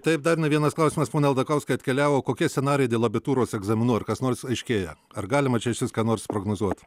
taip dar ne vienas klausimas pone aldakauskai atkeliavo kokie scenarijai dėl abitūros egzaminų ar kas nors aiškėja ar galima čia išvis ką nors prognozuot